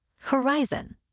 Horizon